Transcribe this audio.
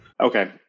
Okay